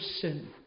sin